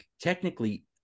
technically